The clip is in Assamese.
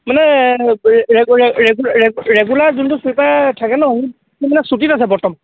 মানে ৰেগুলাৰ যোনটো ছুইপাৰ থাকে নহ্ সি মানে চুটীত আছে বৰ্তমান